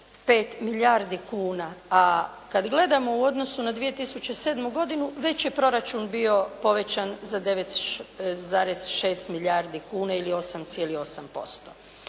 2,5 milijardi kuna, a kad gledamo u odnosu na 2007. godinu, već je proračun bio povećan za 9,6 milijardi kuna ili 8,8%.